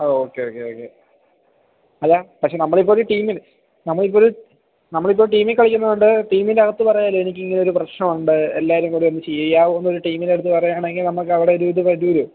okay okay okay അല്ല പക്ഷെ നമ്മളിപ്പൊരു ടീമിൽ നമ്മളിപ്പൊരു നമ്മളിപ്പൊരു ടീമിൽ കളിക്കുന്നതു കൊണ്ടു ടീമിൻറ്റകത്ത് പറയാമല്ലോ എനിക്കിങ്ങനെ ഒരു പ്രശ്നമുണ്ട് എല്ലാവരും കൂടി ഒന്ന് ചെയ്യാമോയെന്ന് ടീമിനകത്തു പറയുകയാണെങ്കിൽ നമുക്കവിടൊരു ഇത് വരുമല്ലോ